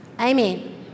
amen